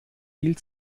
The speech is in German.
viel